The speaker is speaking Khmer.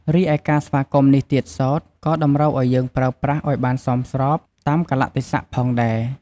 រីឯការស្វាគមន៍នេះទៀតសោត ក៏តម្រូវឲ្យយើងប្រើប្រាស់ឱ្យបានសមស្របតាមកាលៈទេសៈផងដែរ។